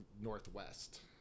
Northwest